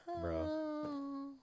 bro